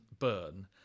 burn